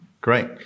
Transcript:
great